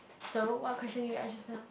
so what question did you ask just now